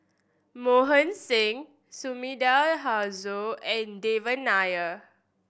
Mohan Singh Sumida Haruzo and Devan Nair